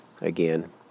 again